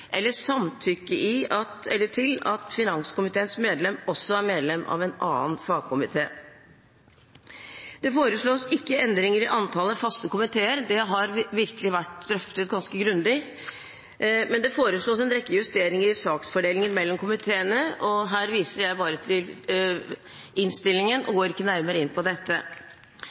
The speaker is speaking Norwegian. eller samtykke til at finanskomiteens medlem også er medlem av en annen fagkomité. Det foreslås ikke endringer i antallet faste komiteer. Det har virkelig vært drøftet ganske grundig. Men det foreslås en rekke justeringer i saksfordelingen mellom komiteene, og her viser jeg til innstillingen og går ikke nærmere inn på dette.